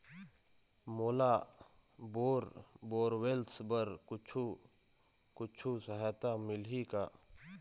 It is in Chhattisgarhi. मोला बोर बोरवेल्स बर कुछू कछु सहायता मिलही का?